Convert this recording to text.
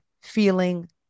feeling